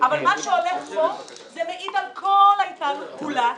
אבל מה שהולך פה זה מעיד על כל ההתנהלות כולה.